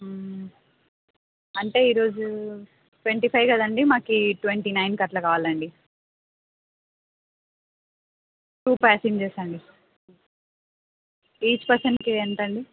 అంటే ఈరోజు twenty five కదండీ మాకు ట్వంటీ నైన్కి అట్లా కావాలండి టూ ప్యాసెంజర్స్ అండి ఈచ్ పర్సన్కి ఎంతండి